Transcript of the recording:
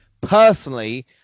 Personally